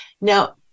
now